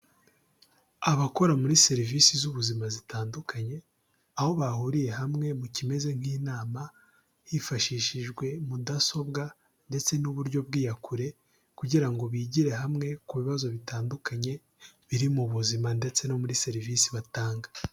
Abakora muri serivisi z'ubuzima zitandukanye, aho bahuriye hamwe mu kimeze nk'inama, hifashishijwe mudasobwa ndetse n'uburyo bw'iyakure, kugira ngo bigire hamwe ku bibazo bitandukanye biri mu buzima ndetse no muri serivisi batanga.